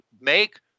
make